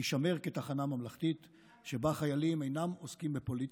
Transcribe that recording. תישמר כתחנה ממלכתית שבה חיילים אינם עוסקים בפוליטיקה.